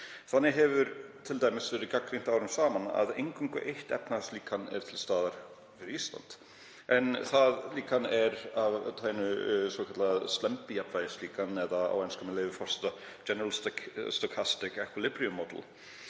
Þannig hefur t.d. verið gagnrýnt árum saman að eingöngu eitt efnahagslíkan er til staðar fyrir Ísland, en það líkan er af tagi svokallaðs slembijafnvægislíkans eða á ensku, með leyfi forseta: „general stochastic equilibrium model“.